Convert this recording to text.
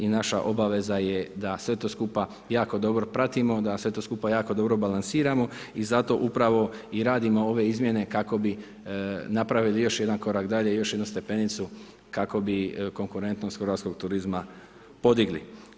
I naša obaveza je da sve to skupa jako dobro pratimo, da sve to skupa jako dobro balansiramo i zato upravo i radimo ove izmjene kako bi napravili jo jedan korak dalje, još jednu stepenicu, kako bi konkurentnost hrvatskog turizma podigli.